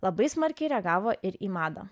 labai smarkiai reagavo ir į madą